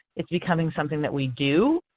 it's becoming something that we do.